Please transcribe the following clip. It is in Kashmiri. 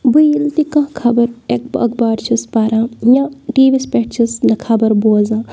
بہٕ ییٚلہِ تہِ کانٛہہ خبَر اخبار چھس پران یا ٹی ویس پٮ۪ٹھ چھَس نہٕ خبر بوزان